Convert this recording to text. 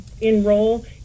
enroll